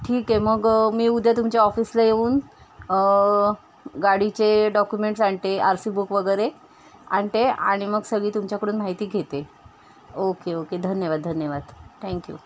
ठीक आहे मग मी उद्या तुमच्या ऑफिसला येऊन गाडीचे डॉक्युमेंट्स आणते आर सी बुक वगैरे आणते आणि मग सगळी तुमच्याकडून माहिती घेते ओके ओके धन्यवाद धन्यवाद थँक यू